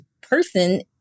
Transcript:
person